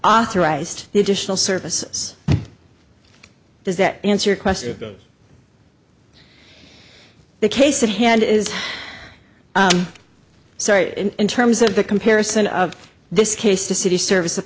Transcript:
authorized the additional services does that answer your question the case at hand is sorry in terms of the comparison of this case to city services